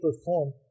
perform